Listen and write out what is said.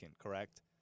correct